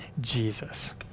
Jesus